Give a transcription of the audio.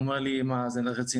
הוא אמר לי: מה, זה רציני?